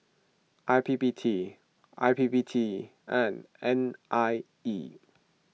I P P T I P P T and N I E